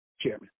Chairman